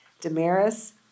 Damaris